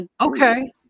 okay